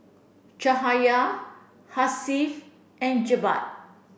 Cahaya Hasif and Jebat